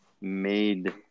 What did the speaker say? made